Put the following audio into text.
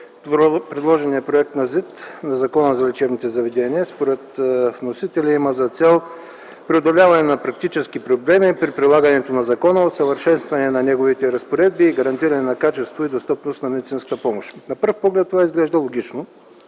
законопроект предизвиква особен интерес, защото, според вносителя, той има за цел преодоляване на практически проблеми при прилагането на закона, усъвършенстване на неговите разпоредби и гарантиране на качеството и достъпност на медицинската помощ. На пръв поглед това изглежда логично,